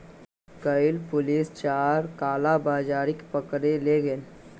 कइल पुलिस चार कालाबाजारिक पकड़े ले गेले